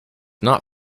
not